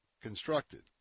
constructed